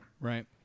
Right